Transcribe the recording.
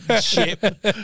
ship